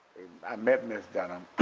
i met miss dunham